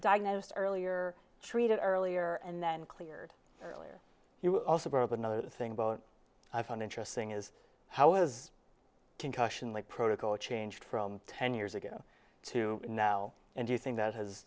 diagnosed earlier treated earlier and then cleared earlier you also brought up another thing i found interesting is how was concussion like protocol changed from ten years ago to now and do you think that has